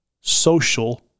social